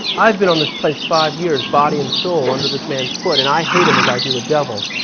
i've been on this place five years, body and soul, under this man's foot and i hate him as i do the devil.